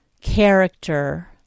character